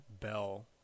bell